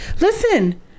listen